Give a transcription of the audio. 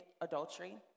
adultery